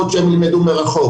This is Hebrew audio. אפשרות שהם ילמדו מרחוק,